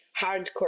hardcore